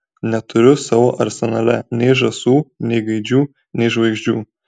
neturiu savo arsenale nei žąsų nei gaidžių nei žvaigždžių